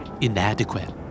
Inadequate